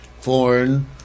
foreign